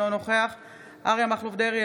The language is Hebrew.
אינו נוכח אריה מכלוף דרעי,